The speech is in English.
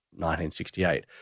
1968